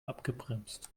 abgebremst